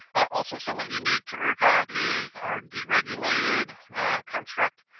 also, somewhat unique to ercot is our deregulated construct.